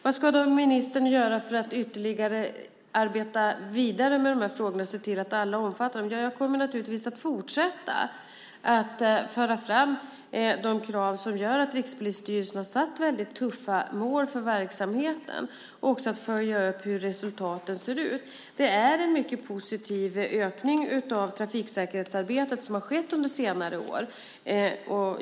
Vad ska ministern göra för att arbeta vidare med de här frågorna och se till att alla omfattas? Jag kommer naturligtvis att fortsätta att föra fram de krav som gör att Rikspolisstyrelsen har satt väldigt tuffa mål för verksamheten och jag kommer att följa upp resultaten. Det har skett en mycket positiv ökning av trafiksäkerhetsarbetet under senare år.